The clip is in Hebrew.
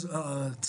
עקרונית,